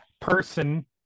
person